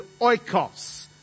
oikos